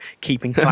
keeping